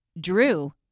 Drew